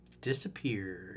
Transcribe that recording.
disappeared